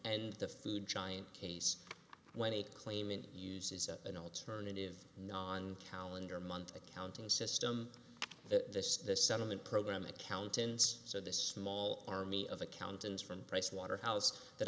and the food giant case when a claimant uses an alternative non calendar month accounting system the settlement program accountants so the small army of accountants from pricewaterhouse that